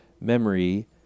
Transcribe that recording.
memory